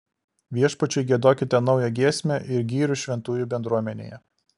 viešpačiui giedokite naują giesmę ir gyrių šventųjų bendruomenėje